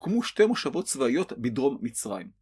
קמו שתי מושבות צבאיות בדרום מצרים.